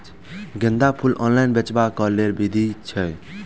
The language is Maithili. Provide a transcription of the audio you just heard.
गेंदा फूल ऑनलाइन बेचबाक केँ लेल केँ विधि छैय?